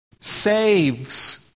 saves